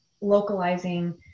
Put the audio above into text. localizing